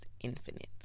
infinite